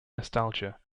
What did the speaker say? nostalgia